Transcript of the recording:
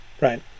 Right